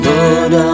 Lord